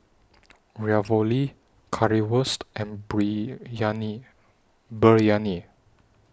Ravioli Currywurst and Biryani